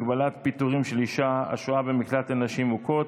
הגבלת פיטורים של אישה השוהה במקלט לנשים מוכות),